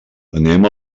anem